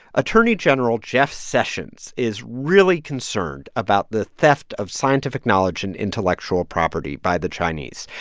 attorney general jeff sessions is really concerned about the theft of scientific knowledge and intellectual property by the chinese.